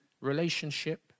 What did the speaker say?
relationship